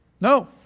No